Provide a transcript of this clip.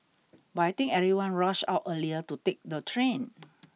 but I think everyone rushed out earlier to take the train